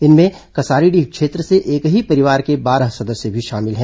इनमें कसारीडीह क्षेत्र से एक ही परिवार के बारह सदस्य भी शामिल हैं